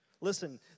Listen